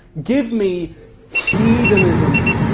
give me hedonism!